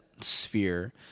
sphere